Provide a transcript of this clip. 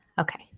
Okay